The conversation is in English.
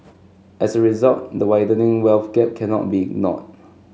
as a result the widening wealth gap cannot be ignored